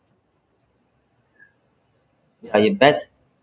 ya your best